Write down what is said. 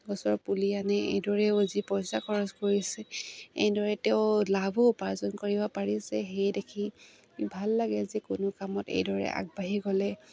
গছৰ পুলি আনি এইদৰেও যি পইচা খৰচ কৰিছে এইদৰে তেওঁ লাভো উপাৰ্জন কৰিব পাৰিছে সেয়ে দেখি ভাল লাগে যে কোনো কামত এইদৰে আগবাঢ়ি গ'লে